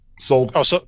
Sold